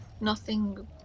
nothing-